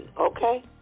Okay